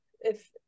if-